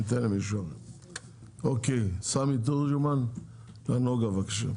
סמי תורג'מן מנגה, בבקשה.